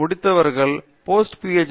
D முடித்தவர்கள் post B